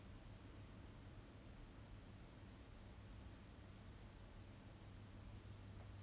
like dating this whole thing is about them and the thing is the guys in a group do even know who they are they are just like go fap in